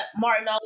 Martin